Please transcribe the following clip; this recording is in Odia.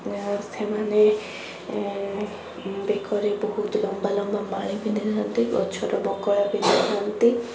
ସେମାନେ ବେକରେ ବହୁତ ଲମ୍ବା ଲମ୍ବା ମାଳି ପିନ୍ଧିଥାନ୍ତି ଗଛରୁ ବକଳ ପିନ୍ଧିଥାନ୍ତି